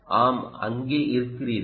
ஆம் அங்கே இருக்கிறீர்கள்